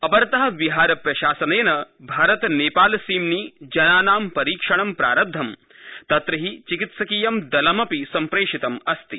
अपरत बिहारप्रशासनेन भारत नेपाल सीम्नि जनानां परीक्षणं प्रारब्धम् तत्र हि चिकित्सकीयं दलमपि सम्प्रेषितम् अस्ति